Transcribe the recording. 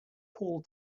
hall